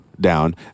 down